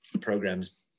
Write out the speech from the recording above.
programs